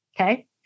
Okay